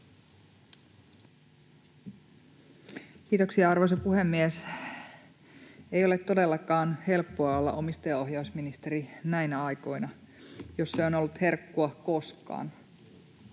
Kiitoksia, arvoisa puhemies! Ei ole todellakaan helppoa olla omistajaohjausministeri näinä aikoina, jos se on ollut herkkua koskaan.